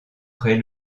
près